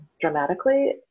dramatically